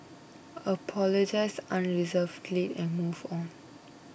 apologise unreservedly and move on